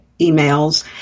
emails